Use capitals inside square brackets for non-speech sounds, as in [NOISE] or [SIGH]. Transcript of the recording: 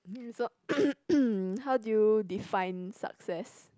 and so [COUGHS] how do you define success